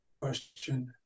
question